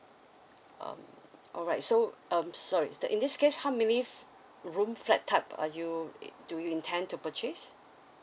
um all right so um sorry then in this case how many room flat type are you in do you intend to purchase